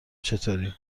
چطوری